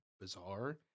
bizarre